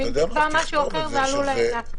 ואם תקבע משהו אחר זה עלול להקשות.